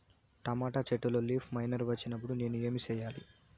Tomato చెట్టులో leaf miner వచ్చినప్పుడు నేను ఏమి చెయ్యాలి?